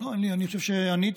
לא, אני חושב שעניתי.